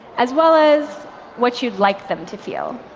as well as what you'd like them to feel.